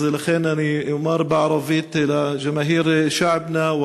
לכן אני אומר בערבית: (אומר דברים בשפה הערבית,